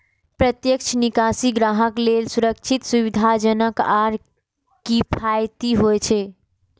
प्रत्यक्ष निकासी ग्राहक लेल सुरक्षित, सुविधाजनक आ किफायती होइ छै